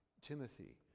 Timothy